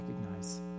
recognize